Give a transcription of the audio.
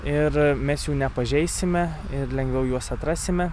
ir mes jų nepažeisime ir lengviau juos atrasime